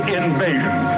invasion